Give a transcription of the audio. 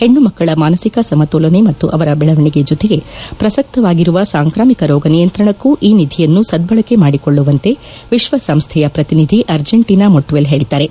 ಹೆಣ್ಣುಮಕ್ಕಳ ಮಾನಸಿಕ ಸಮತೋಲನೆ ಮತ್ತು ಅವರ ಬೆಳವಣಿಗೆ ಜೊತೆಗೆ ಪ್ರಸಕ್ತವಾಗಿರುವ ಸಾಂಕ್ರಾಮಿಕ ರೋಗ ನಿಯಂತ್ರಣಕ್ಕೂ ಈ ನಿಧಿಯನ್ನು ಸದ್ದಳಕೆ ಮಾಡಿಕೊಳ್ಳುವಂತೆ ವಿಶ್ವಸಂಸ್ವೆಯ ಪ್ರತಿನಿಧಿ ಅರ್ಜೆಂಟೀನಾ ಮೊಟ್ವೆಲ್ ಹೇಳಿದ್ದಾರೆ